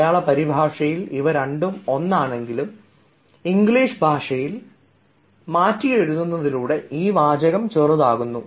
മലയാള പരിഭാഷയിൽ ഇവരണ്ടും ഒന്നാണെങ്കിലും ഇംഗ്ലീഷ് ഭാഷയിൽ വാചകം ചെറുതായിരിക്കുന്നു